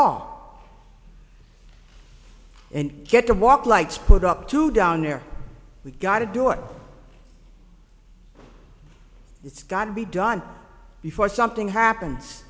all and get to walk like split up two down there we gotta do it it's got to be done before something happens